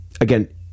again